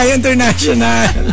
international